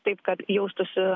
taip kad jaustųsi